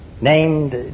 named